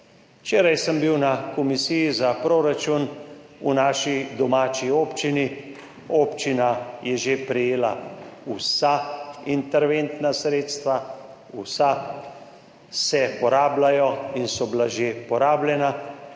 Včeraj sem bil na komisiji za proračun v naši domači občini. Občina je že prejela vsa interventna sredstva, vsa so bila že porabljena